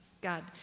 God